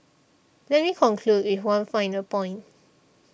let me conclude with one final point